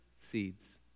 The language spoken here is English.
Seeds